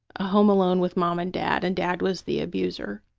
home alone with mom and dad and dad was the abuser.